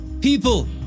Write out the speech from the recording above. People